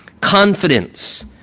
confidence